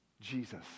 Jesus